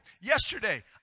Yesterday